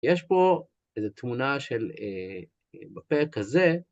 יש פה איזה תמונה של, בפרק הזה..